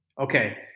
Okay